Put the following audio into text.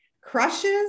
crushes